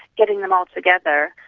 getting them all together,